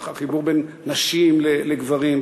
החיבור בין נשים לגברים,